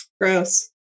Gross